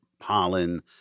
pollen